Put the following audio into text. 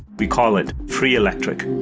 we call it free electric.